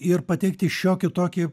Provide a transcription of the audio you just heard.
ir pateikti šiokį tokį